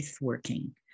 working